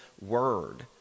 word